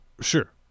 Sure